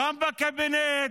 גם בקבינט,